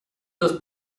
los